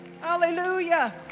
Hallelujah